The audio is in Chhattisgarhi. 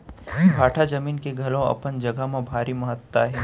भाठा जमीन के घलौ अपन जघा म भारी महत्ता हे